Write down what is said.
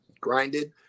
grinded